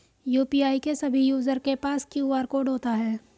UPI के सभी user के पास क्यू.आर कोड होता है